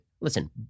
listen